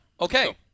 Okay